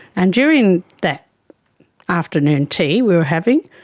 and during that afternoon tea we were having,